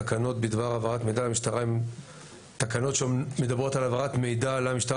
תקנות בדבר העברת מידע למשטרה הן תקנות שמדברות על העברת מידע למשטרה